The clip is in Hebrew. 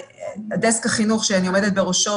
דסק החינוך שאני עומדת בראשו,